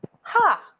ha